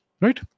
right